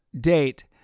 date